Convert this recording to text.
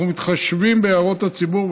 אנחנו מתחשבים בהערות הציבור,